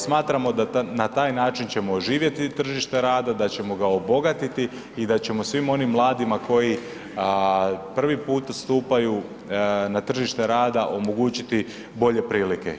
Smatramo da na taj način ćemo oživjeti tržište rada, da ćemo ga obogatiti i da ćemo svim onim mladima koji prvi puta stupaju na tržište rada omogućiti bolje prilike.